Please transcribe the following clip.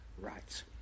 rights